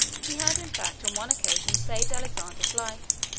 he had, in fact, on one occasion saved alexander's life.